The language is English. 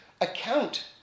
account